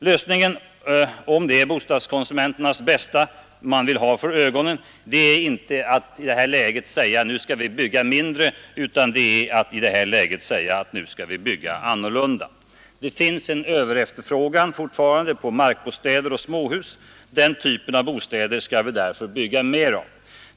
Lösningen, om det är bostadskonsumenternas bästa vi har för ögonen, är i detta läge inte att bygga mindre utan att bygga annorlunda. Det finns fortfarande en överefterfrågan på markbostäder och småhus. Den typen av bostäder skall vi därför bygga mer av.